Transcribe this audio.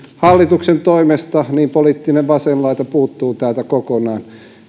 hallituksen toimesta niin poliittinen vasen laita puuttuu täältä kokonaan